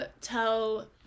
tell